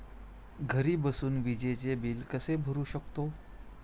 घरी बसून विजेचे बिल कसे भरू शकतो?